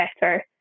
better